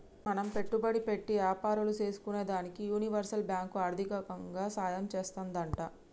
మనం పెట్టుబడి పెట్టి యాపారాలు సేసుకునేదానికి యూనివర్సల్ బాంకు ఆర్దికంగా సాయం చేత్తాదంట